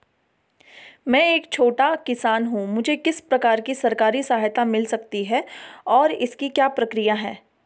मैं एक छोटा किसान हूँ मुझे किस प्रकार की सरकारी सहायता मिल सकती है और इसकी क्या प्रक्रिया है?